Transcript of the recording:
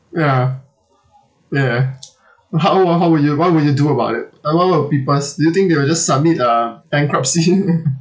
ya ya how ah how would you what would you do about it a lot of people do you think they will just submit uh bankruptcy